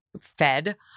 fed